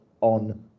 on